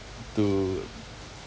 to